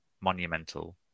monumental